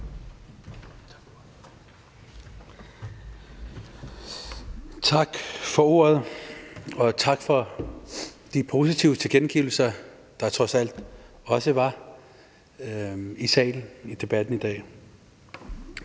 Tak for ordet, og tak for de positive tilkendegivelser, der trods alt også var i salen i debatten i dag.